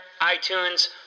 iTunes